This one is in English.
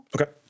Okay